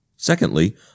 Secondly